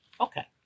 Okay